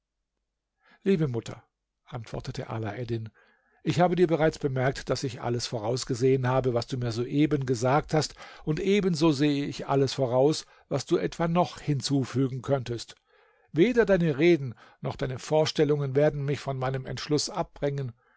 liebe mutter antwortete alaeddin ich habe dir bereits bemerkt daß ich alles vorausgesehen habe was du mir soeben gesagt hast und ebenso sehe ich alles voraus was du etwa noch hinzufügen könntest weder deine reden noch deine vorstellungen werden mich von meinem entschluß abbringen